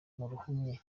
rihumye